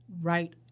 right